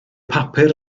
papur